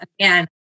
again